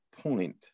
point